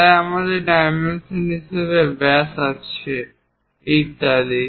তাই আমাদের ডাইমেনশন হিসাবে ব্যাস আছে ইত্যাদি